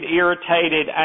irritated